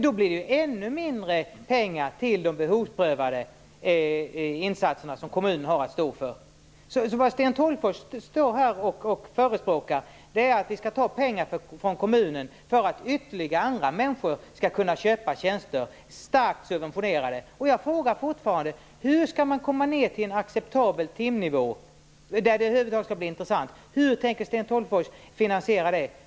Då blir det ännu mindre pengar till de behovsprövade insatserna som kommunen har att stå för. Det Sten Tolgfors förespråkar är att vi skall ta pengar från kommunen för att andra människor skall kunna köpa starkt subventionerade tjänster. Jag frågar fortfarande: Hur skall man komma ned till en acceptabel timnivå för att det över huvud taget skall bli intressant? Hur tänker Sten Tolgfors finansiera det?